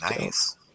Nice